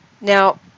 Now